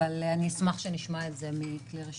אבל אשמח שנשמע את זה מכלי ראשון.